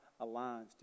aligns